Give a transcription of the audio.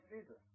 Jesus